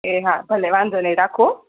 એ હા ભલે વાંધો નહીં રાખું હો